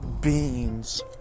beans